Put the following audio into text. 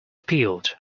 peeled